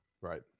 Right